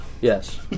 Yes